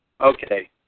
Okay